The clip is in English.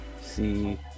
see